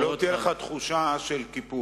אולי גם כדי שלא תהיה לך תחושה של קיפוח: